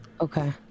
Okay